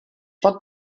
pot